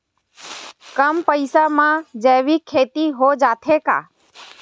कम पईसा मा जैविक खेती हो जाथे का?